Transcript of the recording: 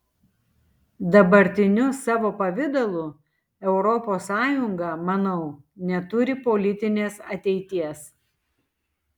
dabartiniu savo pavidalu europos sąjunga manau neturi politinės ateities